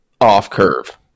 off-curve